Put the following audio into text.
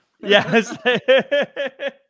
Yes